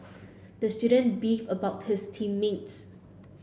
the student beefed about his team mates